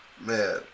man